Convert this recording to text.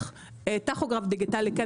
טכוגרף דיגיטלי כן,